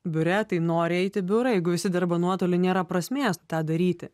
biure tai nori eit į biurą jeigu visi dirba nuotoly nėra prasmės tą daryti